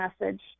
message